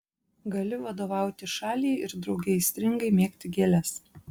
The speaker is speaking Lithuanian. gali vadovauti šaliai ir drauge aistringai mėgti gėles